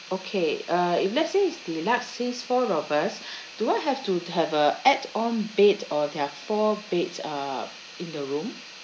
okay uh if let's say it's deluxe since four of us do I have to have a add-on bed or there are four beds uh in the room